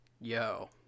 Yo